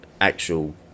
actual